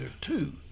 two